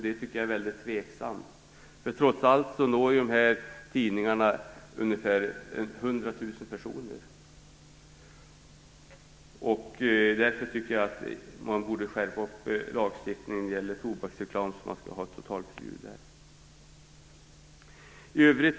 Det tycker jag är väldigt tveksamt, för dessa tidningar når trots allt ungefär hundra tusen personer. Därför tycker jag att man borde skärpa lagstiftningen för tobaksreklam så att vi får ett totalförbud.